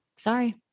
Sorry